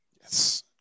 Yes